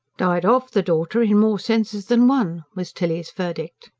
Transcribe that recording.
died of the daughter, in more senses than one, was tilly's verdict.